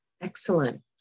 Excellent